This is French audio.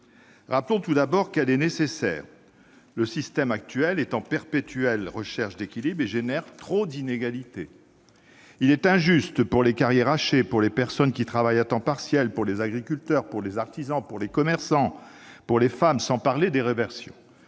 Rappelons tout d'abord qu'elle est nécessaire. Le système actuel est en perpétuelle recherche d'équilibre et génère trop d'inégalités. Il est injuste pour les personnes dont les carrières sont hachées, pour celles qui travaillent à temps partiel, pour les agriculteurs, pour les artisans et commerçants, pour les femmes, sans parler des pensions